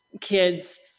kids